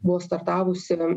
buvo startavusi